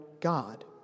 God